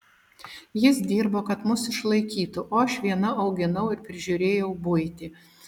jis dirbo kad mus išlaikytų o aš viena auginau ir prižiūrėjau buitį